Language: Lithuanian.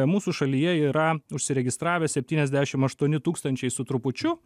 mūsų šalyje yra užsiregistravę septyniasdešim aštuoni tūkstančiai su trupučiu